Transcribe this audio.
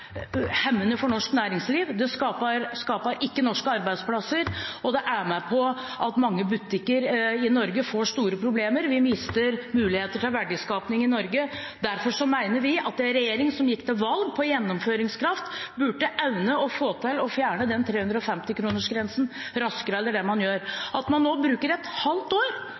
hemmende for norsk næringsliv. Den skaper ikke norske arbeidsplasser, og den bidrar til at mange butikker i Norge får store problemer. Vi mister muligheter til verdiskaping i Norge. Derfor mener vi at en regjering som gikk til valg på gjennomføringskraft, burde evne å fjerne 350-kronersgrensen raskere enn man gjør. Når man også bruker et halvt år